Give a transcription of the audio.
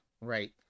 Right